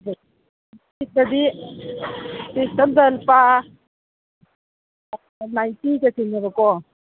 ꯄꯤꯁꯇꯗꯤ ꯄꯤꯁ ꯑꯝꯗ ꯂꯨꯄꯥ ꯅꯥꯏꯟꯇꯤꯒ ꯆꯤꯡꯉꯦꯕꯀꯣ